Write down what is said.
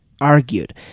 argued